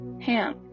Ham